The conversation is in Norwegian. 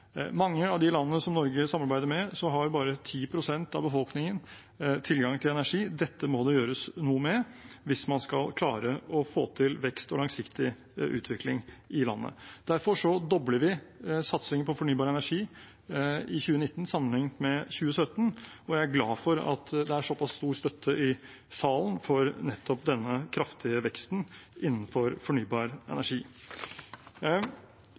mange av de landene som Norge samarbeider med, har bare 10 pst. av befolkningen tilgang til energi. Dette må det gjøres noe med hvis man skal klare å få til vekst og langsiktig utvikling i landene. Derfor dobler vi satsingen på fornybar energi i 2019 sammenlignet med i 2017, og jeg er glad for at det er så pass stor støtte i salen for nettopp denne kraftige veksten innenfor fornybar energi.